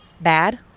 bad